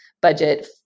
budget